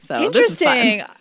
Interesting